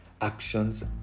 actions